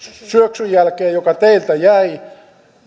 syöksyn jälkeen joka teiltä jäi